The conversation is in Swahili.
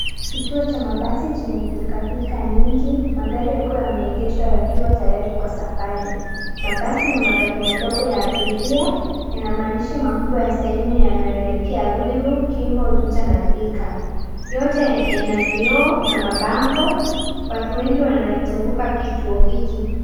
Kituo cha mabasi chenye pilkapilka nyingi, magari yakiwa yameegeshwa yakiwa tayari kwa safari. Mabasi na magari madogo ya abiria, yana maandishi makubwa ya sehemu yanayoelekea ya Ruiru, Kimbo, Juja na Thika. Yote yana vioo na mabango. Watu wengi wanazunguka kituo hiki.